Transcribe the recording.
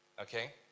okay